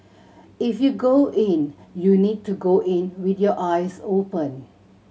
if you go in you need to go in with your eyes open